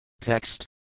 Text